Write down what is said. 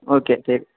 okay ठीक